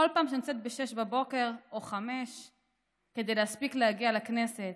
כל פעם שאני יוצאת ב-06:00 או 05:00 כדי להספיק להגיע לכנסת,